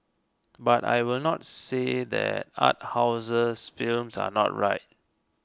but I will not say that art houses films are not right